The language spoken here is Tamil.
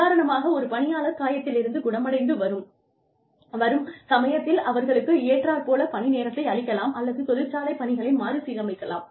உதாரணமாக ஒரு பணியாளர் காயத்திலிருந்து குணமடைந்து வரும் சமயத்தில் அவர்களுக்கு ஏற்றாற் போல பணி நேரத்தை அளிக்கலாம் அல்லது தொழிற்சாலை பணிகளை மறுசீரமைக்கலாம்